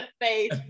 face